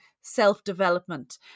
self-development